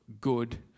good